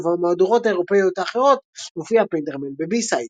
ובמהדורות האירופיות האחרות הופיע "Painter Man" בבי-סייד.